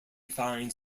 finds